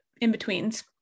in-betweens